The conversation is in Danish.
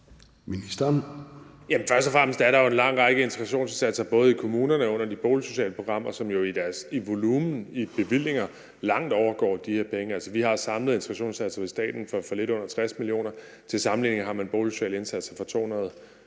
Først og fremmest er der jo en lang række integrationsindsatser både i kommunerne og under de boligsociale programmer, som jo i volumen og bevillinger langt overgår de her penge. Vi har samlet set integrationsindsatser i staten for lidt under 60 mio. kr. Til sammenligning har man boligsociale indsatser for 440 mio.